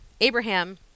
Abraham